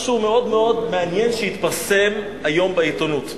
משהו מעניין מאוד, שהתפרסם היום בעיתונות.